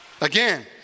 Again